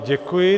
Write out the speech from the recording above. Děkuji.